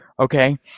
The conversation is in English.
Okay